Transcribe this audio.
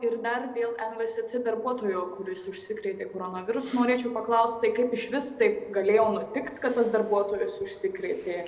ir dar dėl nvsc darbuotojo kuris užsikrėtė koronavirusu norėčiau paklaust tai kaip išvis taip galėjo nutikt kad tas darbuotojas užsikrėtė